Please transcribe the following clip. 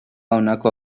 honako